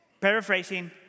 paraphrasing